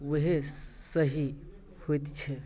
ओहे सही होइत छै